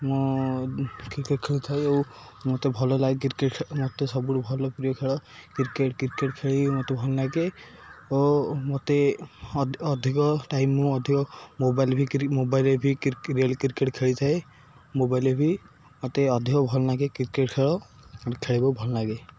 ମୁଁ କ୍ରିକେଟ୍ ଖେଳିଥାଏ ଓ ମୋତେ ଭଲ ଲାଗେ କ୍ରିକେଟ୍ ମୋତେ ସବୁଠୁ ଭଲ ପ୍ରିୟ ଖେଳ କ୍ରିକେଟ୍ କ୍ରିକେଟ୍ ଖେଳି ମୋତେ ଭଲ ଲାଗେ ଓ ମୋତେ ଅଧିକ ଟାଇମ୍ ମୁଁ ଅଧିକ ମୋବାଇଲ୍ ବି ମୋବାଇଲ୍ରେ ବି କ୍ରିକେଟ୍ ଖେଳିଥାଏ ମୋବାଇଲ୍ରେ ବି ମୋତେ ଅଧିକ ଭଲ ଲାଗେ କ୍ରିକେଟ୍ ଖେଳ ଖେଳିବାକୁ ଭଲ ଲାଗେ